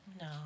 No